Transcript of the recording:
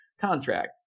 contract